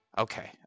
Okay